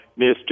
Mr